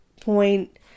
point